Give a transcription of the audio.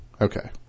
Okay